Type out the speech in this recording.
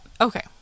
Okay